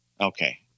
okay